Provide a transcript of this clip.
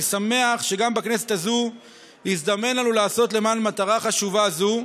אני שמח שגם בכנסת הזאת הזדמן לנו לעשות למען מטרה חשובה זו.